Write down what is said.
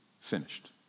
finished